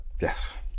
Yes